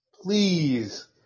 Please